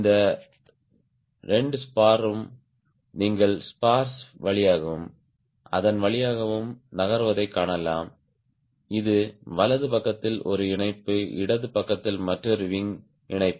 இந்த 2 ஸ்பார்ஸ் நீங்கள் ஸ்பார்ஸ் வழியாகவும் அதன் வழியாகவும் நகர்வதைக் காணலாம் இது வலது பக்கத்தில் ஒரு இணைப்பு இடது பக்கத்தில் மற்றொரு விங் இணைப்பு